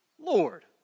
Lord